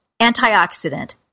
antioxidant